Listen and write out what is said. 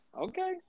Okay